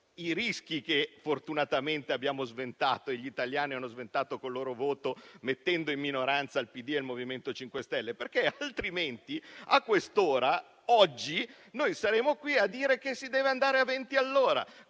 i rischi che fortunatamente abbiamo sventato e che gli italiani hanno sventato con il loro voto, mettendo in minoranza il PD e il MoVimento 5 Stelle, perché altrimenti, a quest'ora, oggi, saremmo qui a dire che si deve andare a 20